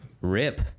Rip